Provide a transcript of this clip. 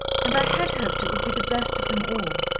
and i had hoped it would be the best of them all,